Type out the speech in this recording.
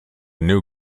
new